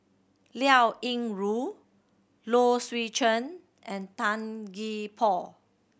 Liao Yingru Low Swee Chen and Tan Gee Paw